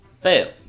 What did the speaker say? Fail